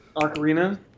Ocarina